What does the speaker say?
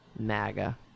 MAGA